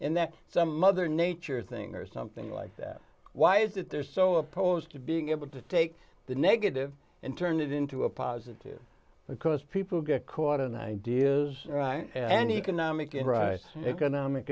and that some other nature thing or something like that why is that they're so opposed to being able to take the negative and turn it into a positive because people get caught in ideas and economic and right economic